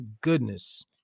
goodness